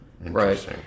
Right